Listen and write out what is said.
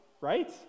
right